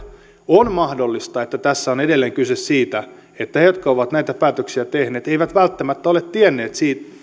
on mahdollista että tässä on edelleen kyse siitä että he jotka ovat näitä päätöksiä tehneet eivät välttämättä ole